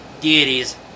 deities